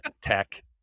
tech